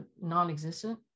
non-existent